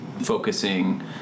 focusing